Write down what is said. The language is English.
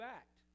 act